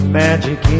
magic